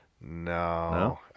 no